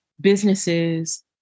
businesses